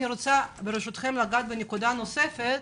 אני רוצה ברשותכם לגעת בנקודה נוספת,